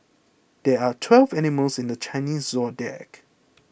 there are twelve animals in the Chinese zodiac